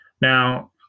Now